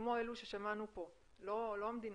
כמו אלו ששמענו פה, לא המדינתית,